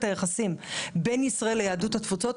היחסים בין ישראל לבין יהדות התפוצות,